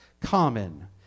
common